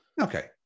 Okay